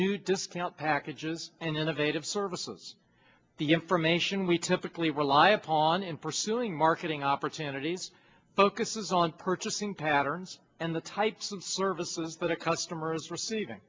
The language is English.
do discount packages and innovative services the information we typically rely upon in pursuing marketing opportunities focuses on purchasing patterns and the types and services that a customer is receiving